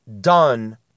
done